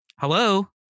Hello